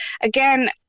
again